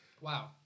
Wow